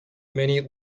many